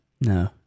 No